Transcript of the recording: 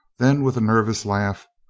then, with a nervous laugh,